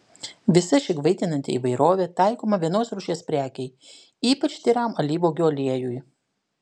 visa ši kvaitinanti įvairovė taikoma vienos rūšies prekei ypač tyram alyvuogių aliejui